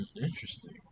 Interesting